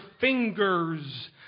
fingers